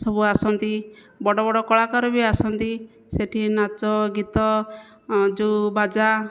ସବୁ ଆସନ୍ତି ବଡ଼ ବଡ଼ କଳାକାର ବି ଆସନ୍ତି ସେଠି ନାଚ ଗୀତ ଯେଉଁ ବାଜା